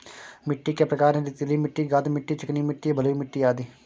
मिट्टी के प्रकार हैं, रेतीली मिट्टी, गाद मिट्टी, चिकनी मिट्टी, बलुई मिट्टी अदि